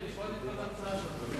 שמעתי את כל ההרצאה שלך,